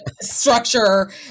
structure